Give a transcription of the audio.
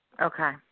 Okay